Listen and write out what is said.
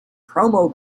promo